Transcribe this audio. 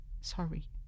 Sorry